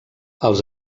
els